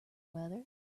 weather